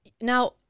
now